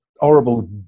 horrible